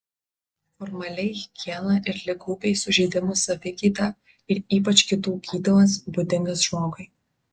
formaliai higiena ir ligų bei sužeidimų savigyda ir ypač kitų gydymas būdingas žmogui